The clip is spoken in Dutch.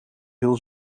heel